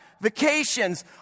vacations